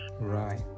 Right